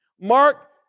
Mark